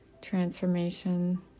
transformation